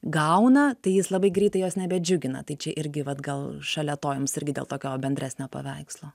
gauna tai jis labai greitai jos nebedžiugina tai čia irgi vat gal šalia to jums irgi dėl tokio bendresnio paveikslo